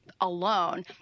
alone